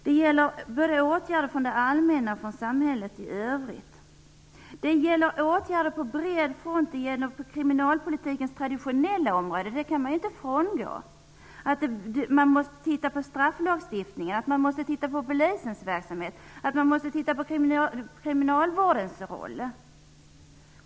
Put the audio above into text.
Detta gäller åtgärder både från det allmänna och från samhället i övrigt. Det krävs åtgärder på bred front inom kriminalpolitikens traditionella områden. Man måste se på strafflagstiftningen, på polisens verksamhet och på kriminalvårdens roll.